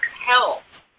health